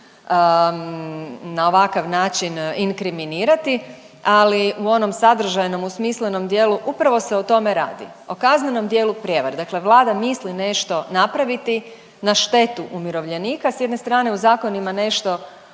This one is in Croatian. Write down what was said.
na ovakav način inkriminirati ali u onom sadržajnom, u smislenom dijelu upravo se o tome radi. O kaznenom dijelu prijevare, dakle Vlada misli nešto napraviti na štetu umirovljenika, s jedne strane u zakonima nešto